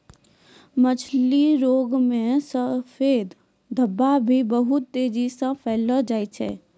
मछली रोग मे सफेद धब्बा भी बहुत तेजी से फैली जाय छै